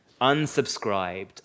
unsubscribed